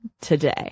today